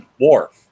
Worf